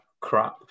crap